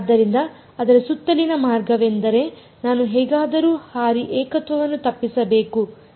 ಆದ್ದರಿಂದ ಅದರ ಸುತ್ತಲಿನ ಮಾರ್ಗವೆಂದರೆ ನಾನು ಹೇಗಾದರೂ ಹಾರಿ ಏಕತ್ವವನ್ನು ತಪ್ಪಿಸಬೇಕು ಸರಿ